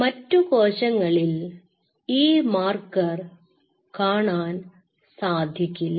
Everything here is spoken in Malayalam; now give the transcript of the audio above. മറ്റു കോശങ്ങളിൽ ഈ മാർക്കർ കാണാൻ സാധിക്കില്ല